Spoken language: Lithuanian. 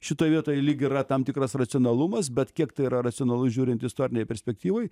šitoj vietoj lyg yra tam tikras racionalumas bet kiek tai yra racionalu žiūrint istorinėj perspektyvoj